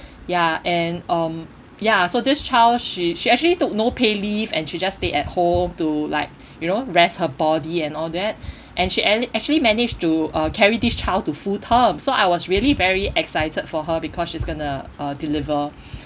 ya and um ya so this child she she actually took no-pay leave and she just stayed at home to like you know rest her body and all that and she ended actually managed to uh carry this child to full term so I was really very excited for her because she's gonna uh deliver